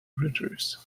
gritters